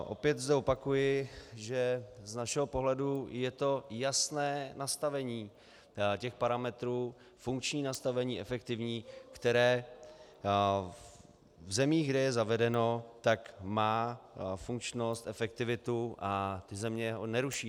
Opět zde opakuji, že z našeho pohledu je to jasné nastavení těch parametrů, funkční nastavení efektivní, které v zemích, kde je zavedeno, tak má funkčnost, efektivitu a země ho neruší.